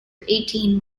eighteen